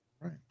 Right